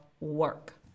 work